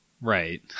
right